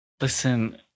listen